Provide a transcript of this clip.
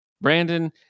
Brandon